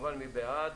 מי בעד?